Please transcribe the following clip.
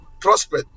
prosper